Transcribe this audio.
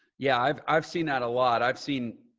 yeah. i've i've seen that a lot. i've seen,